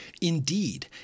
Indeed